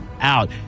out